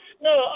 No